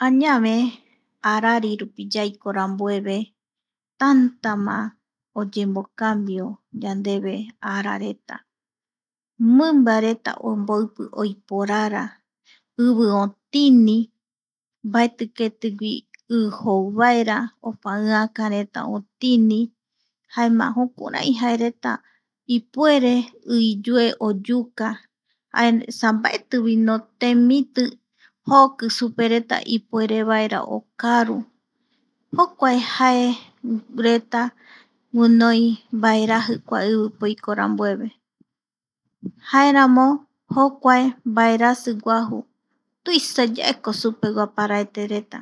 Añave ararirupi yaiko rambueve tantama oyemocambio yandeve ara reta, mimbareta omboipi oiporara ivi otini mbaeti ketigui i jou vaera opa iaka reta otini jaema jokurai jaereta ipuere i iyue oyuka esa mbaetivino temiti joki supereta ipuere vaera okaru jokua jae reta guinoi mbaeraji kua ivipe oiko rambueve. jaeramo jokua mbaerasi guaju tuisa yaeko supegua paraetereta.